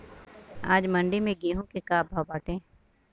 आज मंडी में गेहूँ के का भाव बाटे?